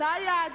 אותה יד.